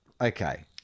Okay